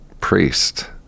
priest